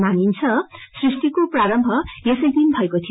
भनिन्छ सुष्टको प्रारम्भ यसै दिन भएको थियो